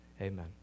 amen